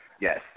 Yes